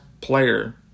player